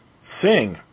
sing